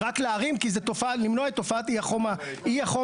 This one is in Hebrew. רק לערים, למנוע את תופעת אי החום העירוני.